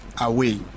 away